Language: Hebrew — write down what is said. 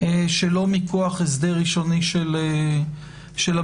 שלא מכוח הסדר ראשוני של המחוקק.